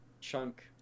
chunk